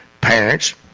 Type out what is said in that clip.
parents